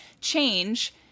change